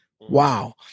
Wow